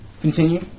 Continue